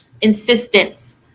insistence